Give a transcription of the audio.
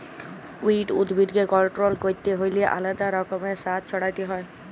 weed উদ্ভিদকে control ক্যরতে হ্যলে আলেদা রকমের সার ছড়াতে হ্যয়